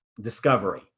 Discovery